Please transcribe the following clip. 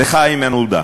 לך, איימן עודה,